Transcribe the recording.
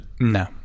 No